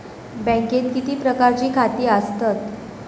बँकेत किती प्रकारची खाती आसतात?